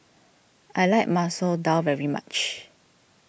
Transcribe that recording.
I like Masoor Dal very much